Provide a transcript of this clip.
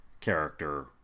character